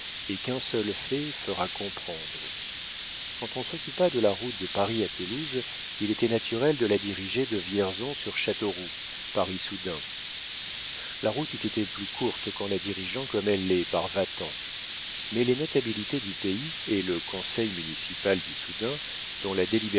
et qu'un seul fait fera comprendre quand on s'occupa de la route de paris à toulouse il était naturel de la diriger de vierzon sur châteauroux par issoudun la route eût été plus courte qu'en la dirigeant comme elle l'est par vatan mais les notabilités du pays et le conseil municipal d'issoudun